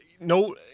no